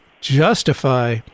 justify